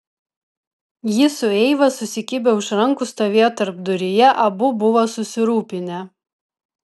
jis su eiva susikibę už rankų stovėjo tarpduryje abu buvo susirūpinę